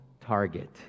target